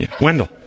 Wendell